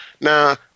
Now